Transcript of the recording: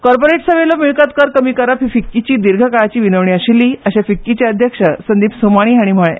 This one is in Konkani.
कार्पोरेट्रसावेलो मिळकत कर कमी करप ही फिक्कीची दिर्घ काळाची विनवणी आशिऴ्ठी अशे फिक्कीचे अध्यक्ष संदिप सोमाणी हाणी म्हळे